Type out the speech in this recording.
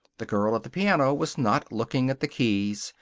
the girl at the piano was not looking at the keys.